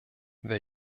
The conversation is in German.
wer